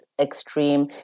extreme